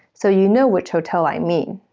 so you know which hotel i mean.